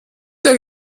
der